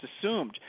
assumed